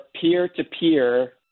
peer-to-peer